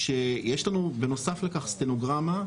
יש לנו בנוסף לכך סטנוגרמה,